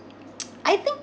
I think